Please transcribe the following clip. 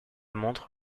montre